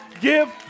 give